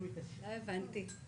מה מטריד אותך?